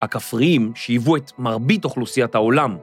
הכפריים שהיוו את מרבית אוכלוסיית העולם.